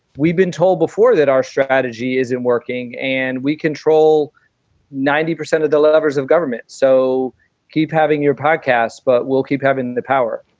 we've been told before that our strategy isn't working and we control ninety percent of the levers of government. so keep having your podcasts, but we'll keep having the power